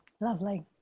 lovely